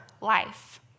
life